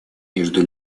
между